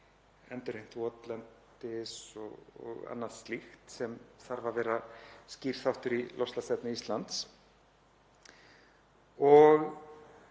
endurheimt votlendis og annað slíkt sem þarf að vera skýr þáttur í loftslagsstefnu Íslands.